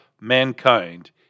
mankind